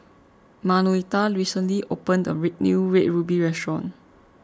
Manuelita recently opened a new Red Ruby Restaurant